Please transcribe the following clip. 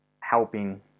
helping